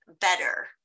better